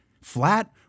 flat